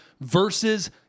versus